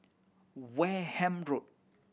Wareham Road